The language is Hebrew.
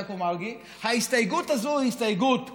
יעקב מרגי: ההסתייגות הזו היא הסתייגות טובה,